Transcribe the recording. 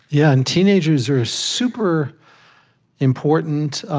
yeah, and teenagers are super important.